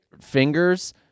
fingers